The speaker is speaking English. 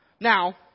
Now